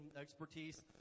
expertise